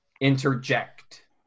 interject